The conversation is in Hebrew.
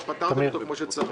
פתרתם אותו כמו שצריך.